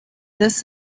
this